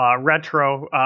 retro